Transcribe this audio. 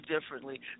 differently